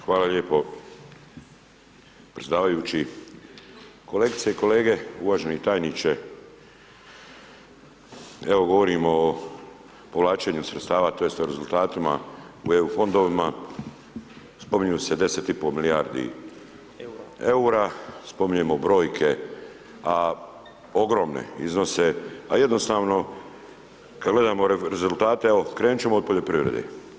Hvala lijepo predsjedavajući, kolegice i kolege, uvaženi tajniče, evo govorimo o povlačenju sredstava tj. rezultatima u EU fondovima, spominju se 10,5 milijardi EUR-a, spominjemo brojke a ogromne iznose, a jednostavno kad gledamo rezultate evo krenut ćemo od poljoprivrede.